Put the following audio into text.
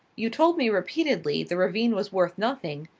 you told me repeatedly the ravine was worth nothing,